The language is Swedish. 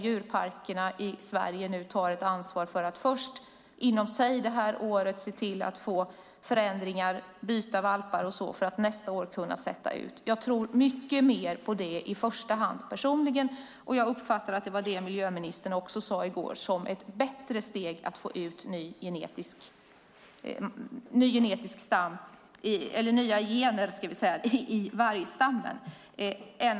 Djurparkerna i Sverige tar nu ett ansvar för att inom sig under detta år få till förändringar och byta valpar och sedan under nästa år sätta ut. Jag tror personligen mest på detta, och jag uppfattade att miljöministern menade att det var ett bättre steg än att flytta vuxna djur för att få ut nya gener i vargstammen.